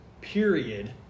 period